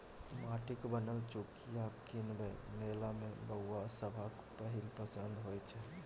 माटिक बनल चुकिया कीनब मेला मे बौआ सभक पहिल पसंद होइ छै